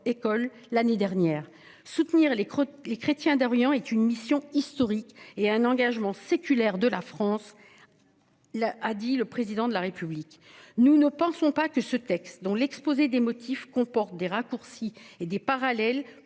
l'année dernière. « Soutenir les chrétiens d'Orient est une mission historique » et un « engagement séculaire de la France » a dit le Président de la République. Nous considérons que ce texte, dont l'exposé des motifs comporte des raccourcis et des parallèles